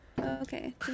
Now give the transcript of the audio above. okay